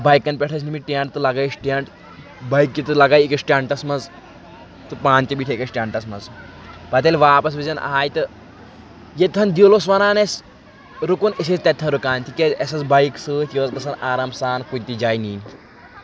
بایکن پٮ۪ٹھ ٲسۍ نِمِتۍ ٹینٛٹ تہٕ لَگٲے اَسہِ ٹینٛٹ بایکہِ تہِ لَگٲے أکِس ٹینٛٹس منٛز تہٕ پانہٕ تہِ بیٖٹھ أکِس ٹینٛٹس منٛز پَتہٕ ییٚلہِ واپس وِِزِ آیہِ تہٕ ییٚتن دِل اوس ونان اَسہِ رُکُن أسی ٲسۍ تیٚتن رُکان تِکیٛازٕ اَسہِ ٲسۍ بایک سٍتۍ یہِ ٲس گژھان آرام سان کُنہِ تہِ جایہِ نِنۍ